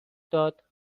داد